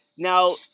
Now